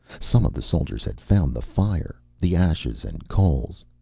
some of the soldiers had found the fire, the ashes and coals.